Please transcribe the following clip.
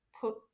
put